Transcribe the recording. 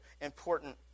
important